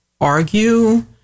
argue